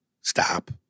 Stop